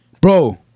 bro